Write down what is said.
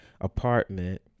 apartment